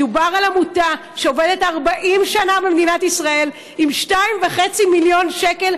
מדובר על עמותה שעובדת 40 שנה במדינת ישראל עם 2.5 מיליון שקל,